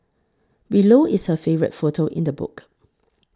below is her favourite photo in the book